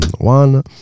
One